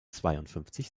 zweiundfünfzig